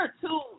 two